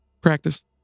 Practice